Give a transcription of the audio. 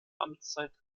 amtszeit